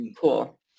Cool